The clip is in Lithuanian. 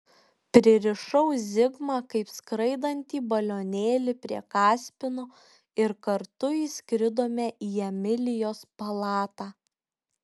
pririšau zigmą kaip skraidantį balionėlį prie kaspino ir kartu įskridome į emilijos palatą